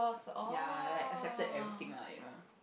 ya like accepted everything lah you know